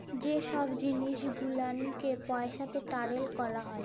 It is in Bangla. যে ছব জিলিস গুলালকে পইসাতে টারেল ক্যরা হ্যয়